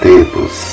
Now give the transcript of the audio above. Tempos